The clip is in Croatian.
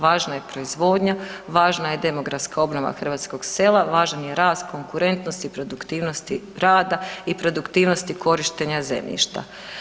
Važna je proizvodnja, važna je demografska obnova hrvatskog sela, važan je rast, konkurentnost i produktivnosti rada i produktivnosti korištenja zemljišta.